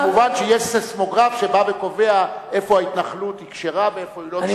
שיש סיסמוגרף שבא וקובע איפה ההתנחלות היא כשרה ואיפה היא לא כשרה.